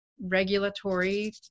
regulatory